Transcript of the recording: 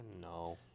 No